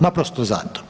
Naprosto zato.